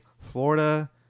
Florida